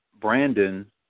Brandon